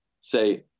say